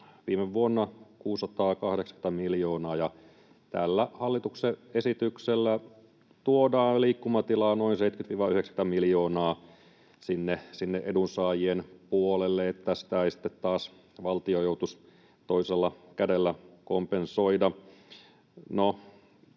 viime vuonna 680 miljoonaa. Ja tällä hallituksen esityksellä tuodaan liikkumatilaa noin 70—90 miljoonaa sinne edunsaajien puolelle, niin että tässä ei sitten taas valtio joutuisi toisella kädellä kompensoimaan.